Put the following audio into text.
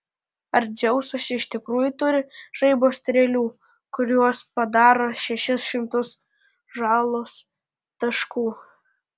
ar dzeusas iš tikrųjų turi žaibo strėlių kurios padaro šešis šimtus žalos taškų